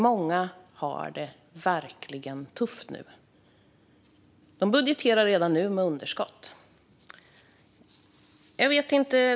Många har det dock väldigt tufft och budgeterar redan med underskott.